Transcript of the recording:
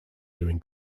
doing